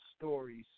stories